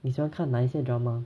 你喜欢看哪些 drama